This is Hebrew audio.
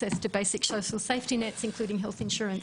לדברים סוציאליים בסיסיים כמו ביטוח רפואי,